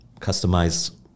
customize